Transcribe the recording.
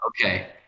Okay